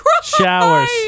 showers